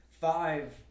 five